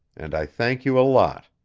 and i thank you a lot.